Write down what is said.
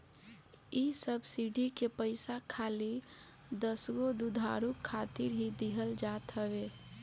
इ सब्सिडी के पईसा खाली दसगो दुधारू खातिर ही दिहल जात हवे